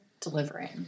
delivering